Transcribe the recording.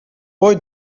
boy